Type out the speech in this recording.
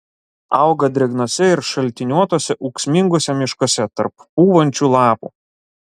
auga drėgnuose ir šaltiniuotuose ūksminguose miškuose tarp pūvančių lapų